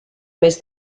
més